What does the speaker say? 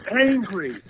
angry